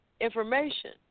information